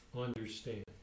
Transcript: understand